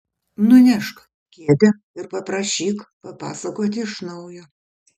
nunešk kėdę ir paprašyk papasakoti iš naujo